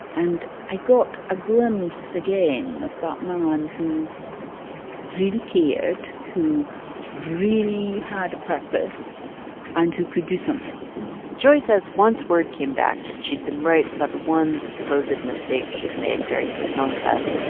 and got a glimpse again of that man who really cared, who really had a purpose and who could do something joy says once word came back that she'd been right about the one supposed mistake she'd made during her smelling test,